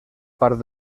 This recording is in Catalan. part